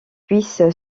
puisse